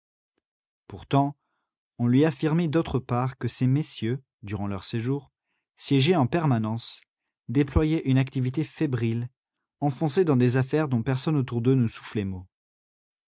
pourtant on lui affirmait d'autre part que ces messieurs durant leur séjour siégeaient en permanence déployaient une activité fébrile enfoncés dans des affaires dont personne autour d'eux ne soufflait mot